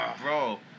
bro